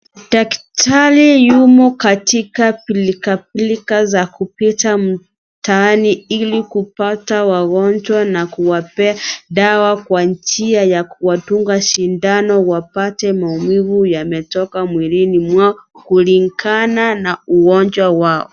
Daktari yumo katika pilka pilka za kupita mtaani ili kupata wagonjwa na kuwapea dawa kwa njia ya kuwadunga shindano wapate maumivu yametoka mwilini mwao, kulingana na ugonjwa wao.